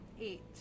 Eight